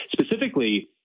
specifically